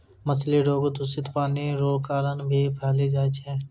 मछली रोग दूषित पानी रो कारण भी फैली जाय छै